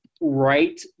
right